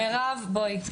מירב, בואי.